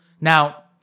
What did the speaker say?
Now